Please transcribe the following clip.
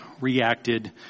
reacted